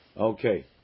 Okay